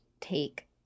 take